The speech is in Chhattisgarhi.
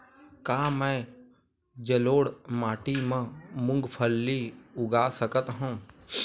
का मैं जलोढ़ माटी म मूंगफली उगा सकत हंव?